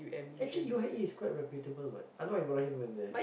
actually U_I_A is quite reputable what I know Ibrahim in there